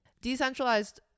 Decentralized